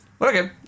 Okay